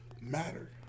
matter